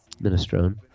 minestrone